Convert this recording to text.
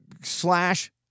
slash